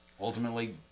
ultimately